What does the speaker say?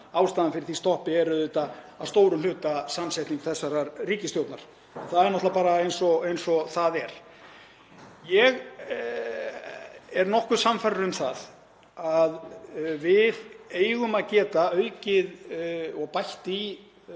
ástæðan fyrir því stoppi sé auðvitað að stórum hluta samsetning þessarar ríkisstjórnar. Hún er náttúrlega eins og hún er. Ég er nokkuð sannfærður um að við eigum að geta aukið og bætt í